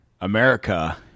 America